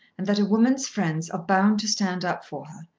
and that a woman's friends are bound to stand up for her.